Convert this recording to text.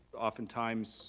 oftentimes